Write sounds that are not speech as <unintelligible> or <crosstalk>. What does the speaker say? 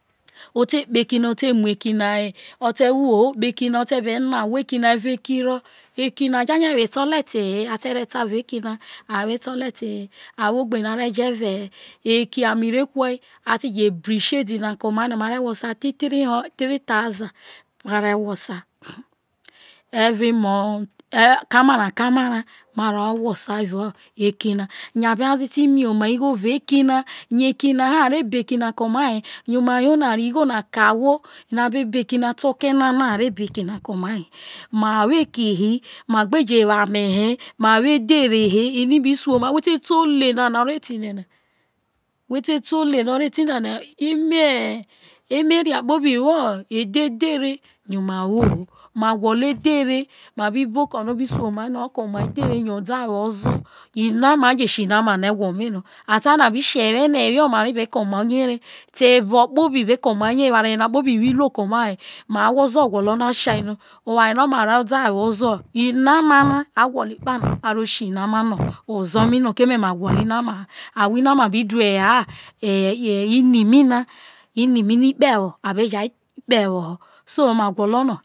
<unintelligible> o te kpi iki uno mawo iki ma jo̱ iki na wo lete he ma who egbe no a re jo ve he iki na ame re kae a ti je bru. Isidi no ma re whosa 3. 000 3. 000 evao amara yo ma yo no aro ugho jo̱ ke oma ra bo̱ iki ke omai ma woiki he ma ve edhere he ene ibi wo edhere he eno ibi su omai wo te te oleh no oro etena na emera kpobi wo edhere rie yo ma wo ho inama a je si inama no ewho ma no te ewe te ebo̱ kpobi ma ahwo ozoro ma gwolo no̱ a sano ke oma inama ma gwolo no a si inama no ewho ma na no a bi du ini ma no